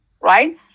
right